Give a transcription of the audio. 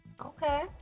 okay